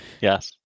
yes